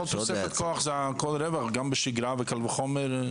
זה תוספת כוח, זה רווח בשגרה, קל וחומר בחירום.